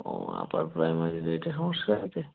ও upper প্রাইমারিতে এইটা সমস্যা হয়েছে